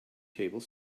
table